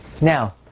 Now